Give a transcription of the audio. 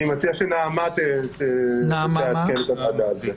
אני מציע שנעמה תעדכן את הוועדה על כך.